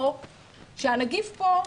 או שהנגיף פה,